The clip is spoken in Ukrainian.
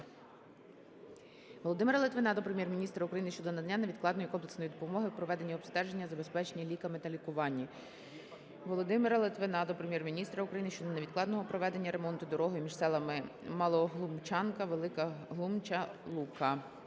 Володимира Литвина до Прем'єр-міністра України щодо надання невідкладної комплексної допомоги в проведенні обстеження, забезпеченні ліками та лікуванні. Володимира Литвина до Прем'єр-міністра України щодо невідкладного проведення ремонту дороги між селами Малоглумчанка - Велика Глумча - Лука.